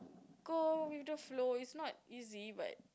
go with the flow it's not easy but